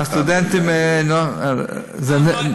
פעם לא הייתה זכוכית.